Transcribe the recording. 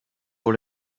pour